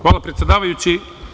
Hvala predsedavajući.